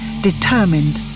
determined